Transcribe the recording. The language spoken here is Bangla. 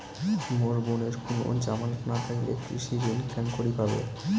মোর বোনের কুনো জামানত না থাকিলে কৃষি ঋণ কেঙকরি পাবে?